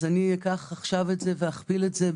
אז אני אקח את זה ואכפיל את זה,